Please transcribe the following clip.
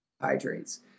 hydrates